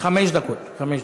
חמש דקות, חמש דקות.